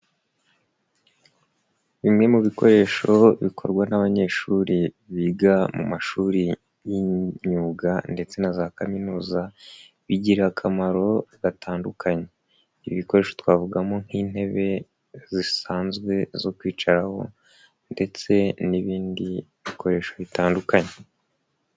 Bimwe mu bikoresho bikorwa n'abanyeshuri biga mu mashuri y'imyuga ndetse na za kaminuza bigira akamaro gatandukanye, ibi bikoresho twavugamo nk'intebe zisanzwe zo kwicaraho ndetse n'ibindi bikoresho bitandukanye.